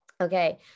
okay